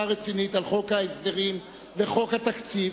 רצינית על חוק ההסדרים ועל חוק התקציב,